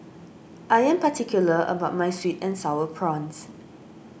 I am particular about my Sweet and Sour Prawns